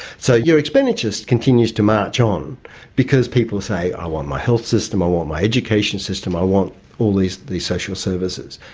so your expenditure continues to march on because people say i want my health system, i want my education system, i want all these these social services.